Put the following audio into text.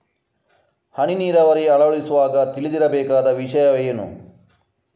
ಹನಿ ನೀರಾವರಿ ಅಳವಡಿಸುವಾಗ ತಿಳಿದಿರಬೇಕಾದ ವಿಷಯವೇನು?